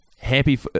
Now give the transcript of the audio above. Happy